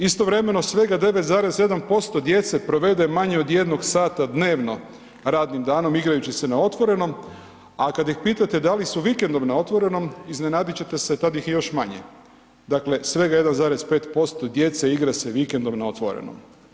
Istovremeno svega 9,7% djece provede manje od 1 sata dnevno radnim danom igrajući se na otvorenom, a kad ih pitate da li su vikendom na otvorenom, iznenadit ćete se tad ih je još manje, dakle svega 1,5% igra se vikendom na otvorenom.